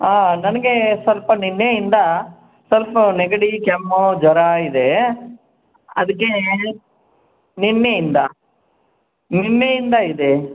ಹಾಂ ನನಗೆ ಸ್ವಲ್ಪ ನಿನ್ನೆಯಿಂದ ಸ್ವಲ್ಪ ನೆಗಡಿ ಕೆಮ್ಮು ಜ್ವರ ಇದೇ ಅದಕ್ಕೆ ನಿನ್ನೆಯಿಂದ ನಿನ್ನೆಯಿಂದ ಇದೆ